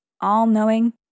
all-knowing